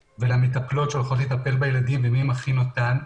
ולמטפלות שהולכות לטפל בילדים ומי מכין אותם,